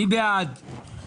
מי בעד קבלת ההסתייגות?